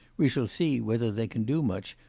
we shall see whether they can do much,